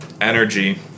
energy